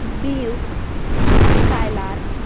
buick skylark